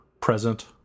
present